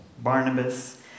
Barnabas